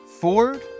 Ford